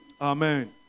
Amen